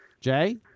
Jay